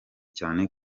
cyane